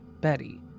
Betty